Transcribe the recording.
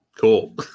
Cool